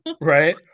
right